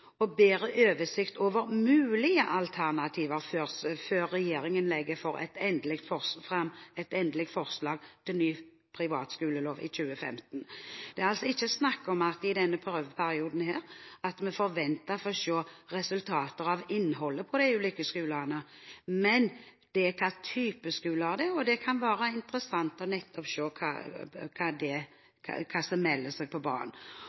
og bedre oversikt over mulige alternative skoler før regjeringen legger fram et endelig forslag til ny privatskolelov i 2015. I denne prøveperioden forventer vi ikke å se resultater av innholdet på de ulike skolene, men det handler om type skoler, og det kan være interessant å se hva som melder seg på